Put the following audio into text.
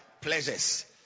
pleasures